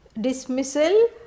dismissal